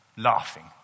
laughing